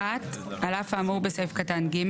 (ב1)על אף האמור בסעיף קטן (ג),